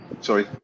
Sorry